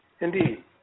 Indeed